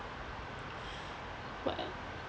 what i